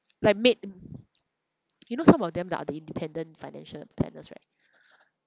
like made you know some of them are the independent financial planners right